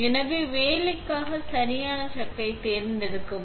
எனவே வேலைக்காக சரியான சக் தேர்ந்தெடுக்கவும்